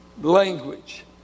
language